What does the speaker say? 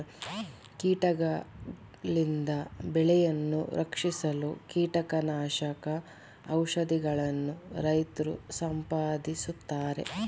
ಕೀಟಗಳಿಂದ ಬೆಳೆಯನ್ನು ರಕ್ಷಿಸಲು ಕೀಟನಾಶಕ ಔಷಧಿಗಳನ್ನು ರೈತ್ರು ಸಿಂಪಡಿಸುತ್ತಾರೆ